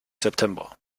september